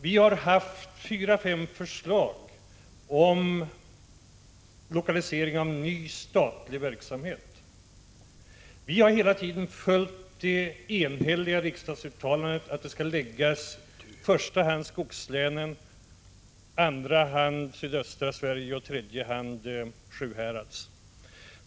Vi har haft fyra fem förslag om lokalisering av ny statlig verksamhet. Vi har hela tiden följt det enhälliga riksdagsuttalandet om att åtgärderna i första hand skall förläggas till skogslänen, i andra hand till sydöstra Sverige och i tredje hand till Sjuhäradsbygden.